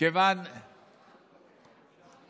אני אגיד